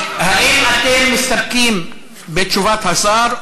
האם אתם מסתפקים בתשובת השר,